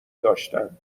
داشتن